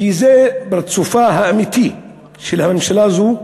כי זה פרצופה האמיתי של הממשלה הזו,